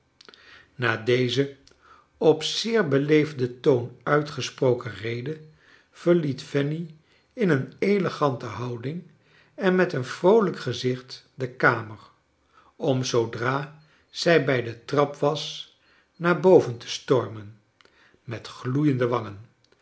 na deze op zeer beleefden toon uitgesproken rede verliet fanny in een elegante houding en met een vroolijk gezicht de kamer om zoodra zij bij de trap was naar boven te s tor men met gloeiende wangen